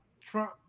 Trump